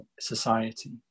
society